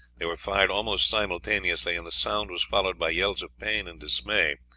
they were fired almost simultaneously, and the sound was followed by yells of pain and dismay.